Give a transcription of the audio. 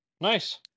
Nice